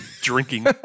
drinking